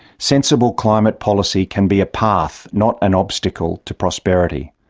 sensible climate policy can be a path, not an obstacle, to prosperity.